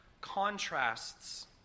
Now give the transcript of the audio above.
contrasts